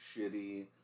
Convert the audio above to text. shitty